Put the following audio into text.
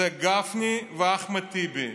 זה גפני ואחמד טיבי.